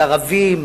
על ערבים?